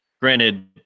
Granted